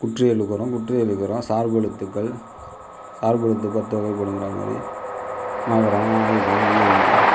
குற்றியலுகரம் குற்றியலிகரம் சார்பெழுத்துக்கள் சார்பெழுத்து பத்து வகைப்படுங்கிறாமாதிரி மகரம் ஆயுதம் உயிர்மெய்